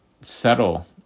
settle